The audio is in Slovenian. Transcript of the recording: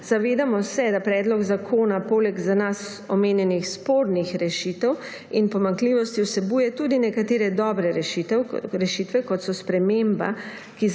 Zavedamo se, da predlog zakona poleg za nas omenjenih spornih rešitev in pomanjkljivosti vsebuje tudi nekatere dobre rešitve, kot je sprememba,